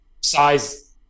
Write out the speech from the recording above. size